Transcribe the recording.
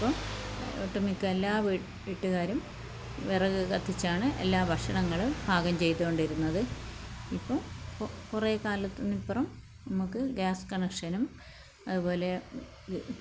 അപ്പം ഒട്ടു മിക്ക എല്ലാ വീട്ടുകാരും വിറക് കത്തിച്ചാണ് എല്ലാ ഭക്ഷണങ്ങളും പാകം ചെയ്തോണ്ടിരുന്നത് ഇപ്പോൾ കുറെ കാലത്തിനിപ്പറം നമുക്ക് ഗ്യാസ് കണക്ഷനും അതുപോലെ